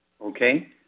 Okay